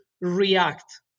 react